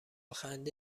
خنده